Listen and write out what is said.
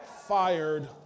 Fired